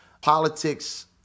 politics